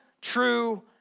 true